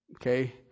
Okay